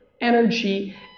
energy